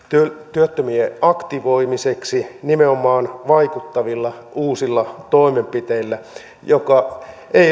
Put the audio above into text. työttömien aktivoimiseksi nimenomaan vaikuttavilla uusilla toimenpiteillä